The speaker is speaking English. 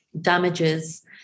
damages